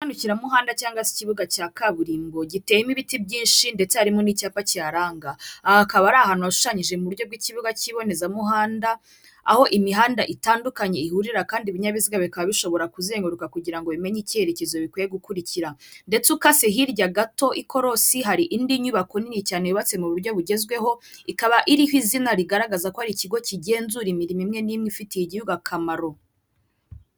Mu muhanda cyangwa se ikibuga cya kaburimbo giteyemo ibiti byinshi ndetse harimo n'icyapa kiharanga. aha hakaba ari ahantu hashushanyije mu buryo bw'ikibuga cy'ibonezamuhanda aho imihanda itandukanye ihurira kandi ibinyabiziga bikaba bishobora kuzenguruka kugirango ngo bimenye icyerekezo bikwiye gukurikira ndetse case hirya gato ikorosi hari indi nyubako nini cyane yubatse mu buryo bugezweho ikaba iriho izina rigaragaza ko ari ikigo kigenzura imirimo imwe n'imwe ifitiye igihugu akamaro.